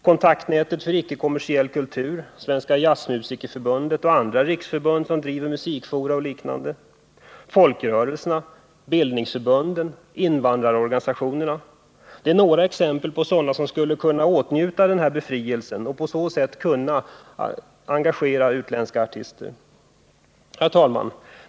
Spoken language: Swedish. Kontaktnätet för icke-kommersiell kultur, Svenska Jazzriksförbundet och andra riksförbund som arrangerar musikfora och liknande, folkrörelserna, bildningsförbunden och invandrarorganisationerna är några exempel på sådana som skulle kunna åtnjuta denna befrielse från bevillningsavgift och på så sätt kunna engagera utländska artister. Fru talman!